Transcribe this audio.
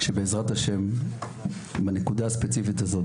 שבעזרת השם בנקודה הספציפית הזו,